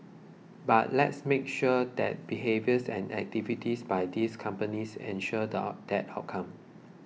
but let's make sure that behaviours and activities by these companies ensure that outcome